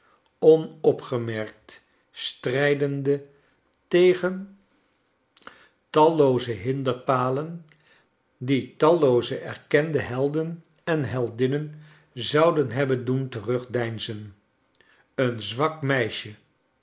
onopgemerkt strijdende tegen tallooze hinderpalen die tallooze erkende lielden en heldinnen zouden hebben doen terugdeinzen een zwak meisje